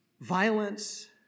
violence